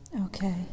Okay